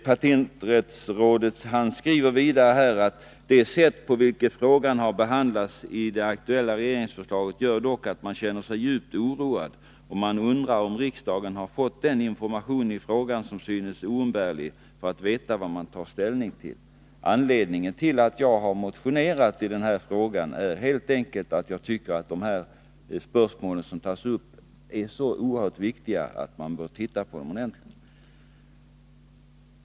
Patenträttsrådet skriver vidare: ”Det sätt på vilket frågan har behandlats i det aktuella regeringsförslaget gör dock att man känner sig djupt oroad, och man undrar om riksdagen har fått den information i frågan som synes oumbärlig för att veta vad man tar ställning till.” Anledningen till att jag har motionerat i frågan är helt enkelt att jag tycker, att de spörsmål som tas upp är så oerhört viktiga att man bör titta på dem närmare.